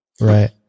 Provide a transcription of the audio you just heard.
Right